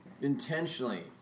Intentionally